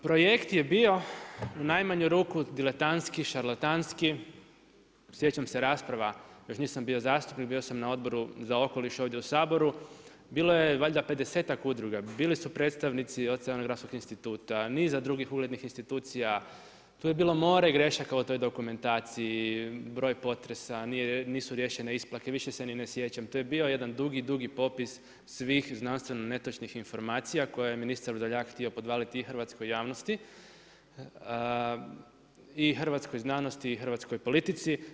Projekt je bio u najmanju ruku diletantski, šarlatanski, sjećam se rasprava, još nisam bio zastupnik, bio sam na Odboru za okoliš ovdje u Saboru, bilo je valjda pedesetak udruga, bili su predstavnici Oceanografskog instituta, niza drugih uglednih institucija, tu je bilo more grešaka u toj dokumentaciji, broj potresa, nisu riješene isplate, više se ni ne sjećam, to je bio jedan dugi, dugi popis znanstveno netočnih informacija koje je ministar Vrdoljak htio podvaliti i hrvatskoj javnosti i hrvatskoj znanosti i hrvatskoj politici.